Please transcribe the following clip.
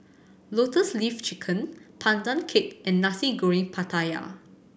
Lotus Leaf Chicken Pandan Cake and Nasi Goreng Pattaya